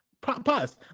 pause